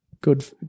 good